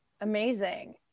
Amazing